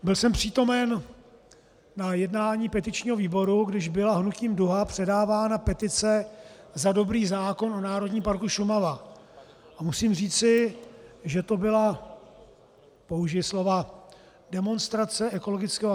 Byl jsem přítomen na jednání petičního výboru, když byla hnutím Duha předávána petice za dobrý zákon o Národním parku Šumava, a musím říci, že to byla použiji slova demonstrace ekologického aktivismu.